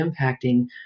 impacting